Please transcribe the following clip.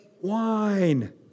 wine